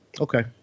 Okay